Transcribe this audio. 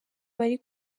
bari